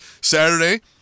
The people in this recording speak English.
Saturday